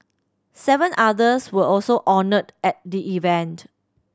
seven others were also honoured at the event